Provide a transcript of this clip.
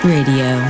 Radio